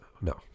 no